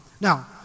Now